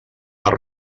els